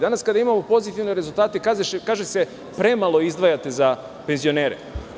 Danas kada imamo pozitivne rezultate kaže se – premalo izdvajate za penzionere.